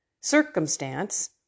circumstance